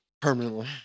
permanently